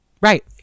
Right